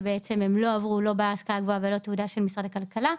שהם לא עברו לא השכלה גבוהה ולא תעודה של משרד הכלכלה.